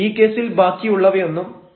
ഈ കേസിൽ ബാക്കിയുള്ളതൊന്നും മാറുന്നില്ല